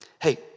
Hey